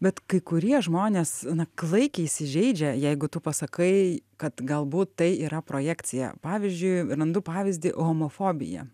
bet kai kurie žmonės na klaikiai įsižeidžia jeigu tu pasakai kad galbūt tai yra projekcija pavyzdžiui randu pavyzdį homofobija